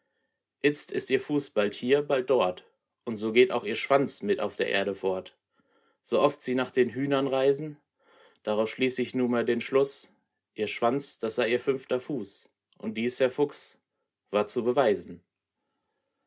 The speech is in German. itzt ist ihr fuß bald hier bald dort und so geht auch ihr schwanz mit auf der erde fort sooft sie nach den hühnern reisen daraus zieh ich nunmehr den schluß ihr schwanz das sei ihr fünfter fuß und dies herr fuchs war zu beweisen